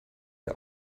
der